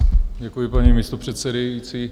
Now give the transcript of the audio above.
Děkuji, paní místopředsedající.